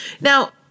Now